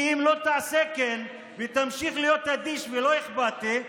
כי אם לא תעשה כן ותמשיך להיות אדיש ולא אכפתי,